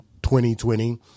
2020